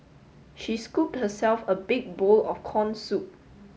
she scooped herself a big bowl of corn soup